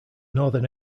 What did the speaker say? northern